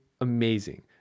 amazing